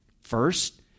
First